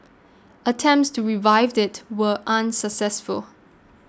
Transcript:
attempts to revive it were unsuccessful